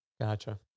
Gotcha